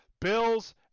Bills